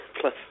plus